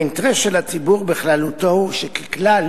האינטרס של הציבור בכללותו הוא שככלל